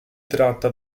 tratta